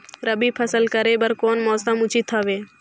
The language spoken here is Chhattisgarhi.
रबी फसल करे बर कोन मौसम उचित हवे?